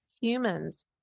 humans